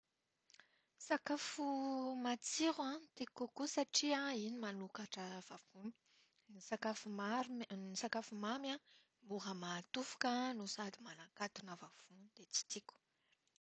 Sakafo matsiro no tiako kokoa satria iny manokatra vavony. Ny sakafo maro- sakafo mamy an mora mahatofoka no sady manakatona vavony dia tsy tiako.